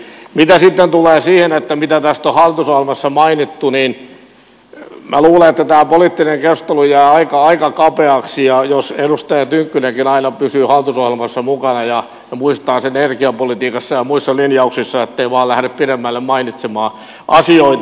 mitä sitten tulee siihen mitä tästä on hallitusohjelmassa mainittu niin minä luulen että tämä poliittinen keskustelu jää aika kapeaksi jos edustaja tynkkynenkin aina pysyy hallitusohjelmassa mukana ja muistaa sen energiapolitiikassa ja muissa linjauksissaan ettei vain lähde pidemmälle mainitsemaan asioita